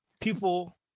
people